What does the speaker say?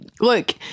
look